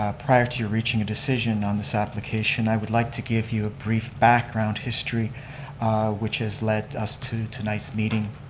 ah prior to your reaching a decision on this application, i would like to give you a brief background history which has led us to tonight's meeting.